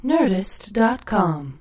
Nerdist.com